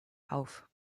auf